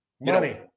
money